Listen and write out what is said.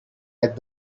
that